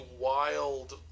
wild